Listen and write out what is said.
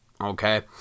Okay